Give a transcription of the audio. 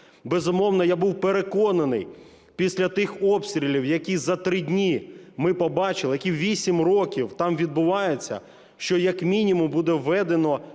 Безумовно, я був переконаний, після тих обстрілів, які за три дні ми побачили, які 8 років там відбуваються, що як мінімум буде введено